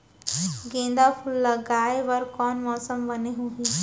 गेंदा फूल लगाए बर कोन मौसम बने होही?